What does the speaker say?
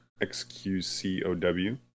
XQCOW